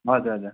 हजुर हजुर